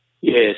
Yes